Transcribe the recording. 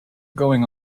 going